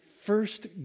first